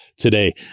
today